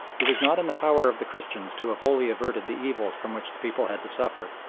it was not in the power of the christians to have wholly averted the evils from which the people had to suffer,